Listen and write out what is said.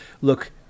look